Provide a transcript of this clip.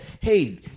Hey